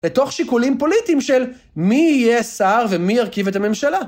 לתוך שיקולים פוליטיים של מי יהיה שר ומי ירכיב את הממשלה.